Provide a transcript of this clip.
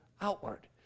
outward